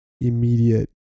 immediate